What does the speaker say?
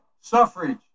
suffrage